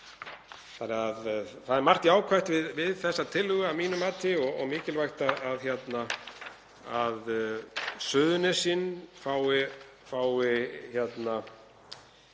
Það er margt jákvætt við þessa tillögu að mínu mati og mikilvægt að Suðurnesin fái